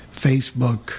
Facebook